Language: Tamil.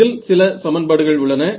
இது சில சமன்பாடுகள் உள்ளன